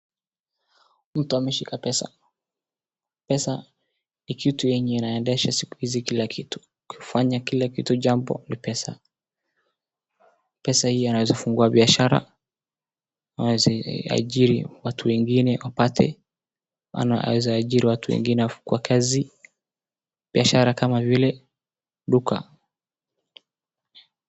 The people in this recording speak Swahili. Mtu ameshika pesa, pesa ni kitu yenye inaendesha siku hizi kila kitu. Kufanya kila kitu jambo ni pesa, pesa hii inaweza fungua biashara, inaweza ajiri watu wengine wapate inaweza ajiri watu wengine kwa kazi, biashara kama vile duka.